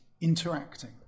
interacting